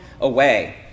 away